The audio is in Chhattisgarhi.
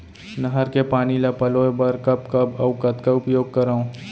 नहर के पानी ल पलोय बर कब कब अऊ कतका उपयोग करंव?